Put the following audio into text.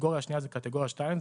הקטגוריה השנייה זה קטגוריה 2,